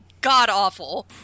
god-awful